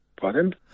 Pardon